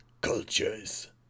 cultures